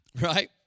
right